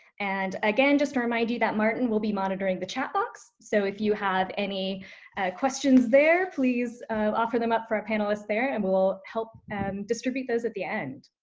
and again, just to remind you that martin will be monitoring the chat box, so if you have any questions there, please offer them up for our panelists there, and we'll help distribute those at the end.